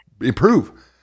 improve